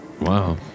Wow